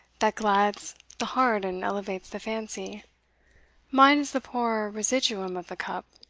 that glads the heart and elevates the fancy mine is the poor residuum of the cup,